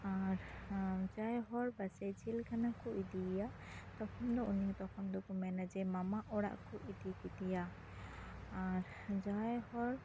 ᱟᱨ ᱡᱟᱦᱟᱸᱭ ᱦᱚᱲ ᱵᱟᱪᱮ ᱡᱮᱞ ᱠᱷᱟᱱᱟ ᱠᱚ ᱤᱫᱤᱭᱮᱭᱟ ᱛᱚᱠᱷᱚᱱ ᱫᱚ ᱩᱱᱤ ᱛᱚᱠᱷᱚᱱ ᱫᱚᱠᱚ ᱢᱮᱱᱟ ᱡᱮ ᱢᱟᱢᱟ ᱚᱲᱟᱜ ᱠᱚ ᱤᱫᱤ ᱠᱮᱫᱮᱭᱟ ᱟᱨ ᱡᱟᱦᱟᱸᱭ ᱦᱚᱲ